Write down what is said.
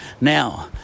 Now